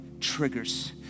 triggers